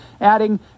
Adding